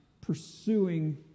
pursuing